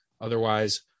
otherwise